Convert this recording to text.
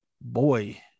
boy